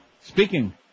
Speaking